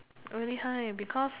really high because